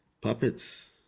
puppets